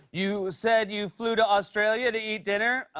you said you flew to australia to eat dinner?